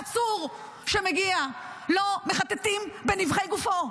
עצור שמגיע, לא מחטטים בנבכי גופו.